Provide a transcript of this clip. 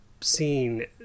seen